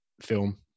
film